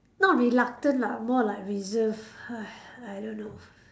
not reluctant lah more like reserved I don't know